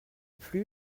plu